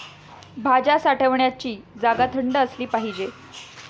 भाज्या साठवण्याची जागा थंड असली पाहिजे